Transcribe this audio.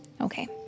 Okay